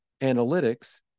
analytics